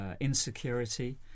insecurity